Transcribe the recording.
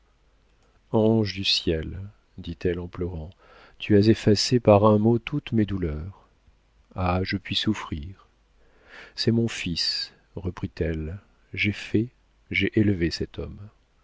ange du ciel dit-elle en pleurant tu as effacé par un mot toutes mes douleurs ah je puis souffrir c'est mon fils reprit-elle j'ai fait j'ai élevé cet homme